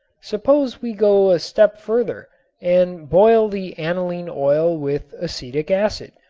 suppose we go a step further and boil the aniline oil with acetic acid,